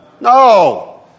No